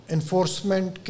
Enforcement